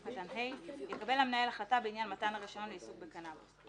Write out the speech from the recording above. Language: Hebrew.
קטן (ה) יקבל המנהל החלטה בעניין מתן הרישיון לעיסוק בקנבוס.